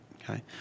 Okay